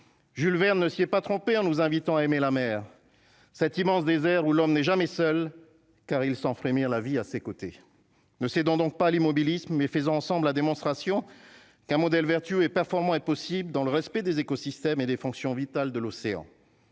Jules Verne ne s'y est pas trompé en nous invitant à aimer la mer cet immense désert où l'homme n'est jamais seul car il sent frémir la vie à ses côtés, ne s'est donc pas l'immobilisme, mais faisant ensemble la démonstration qu'un modèle vertueux et performant est possible dans le respect des écosystèmes et des fonctions vitales de l'océan,